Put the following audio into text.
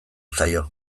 zaio